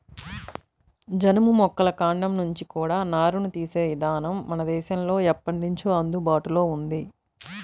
జనుము మొక్కల కాండం నుంచి కూడా నారని తీసే ఇదానం మన దేశంలో ఎప్పట్నుంచో అందుబాటులో ఉంది